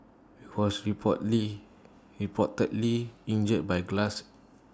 he was reportedly reportedly injured by glass